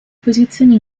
posizioni